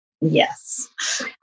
Yes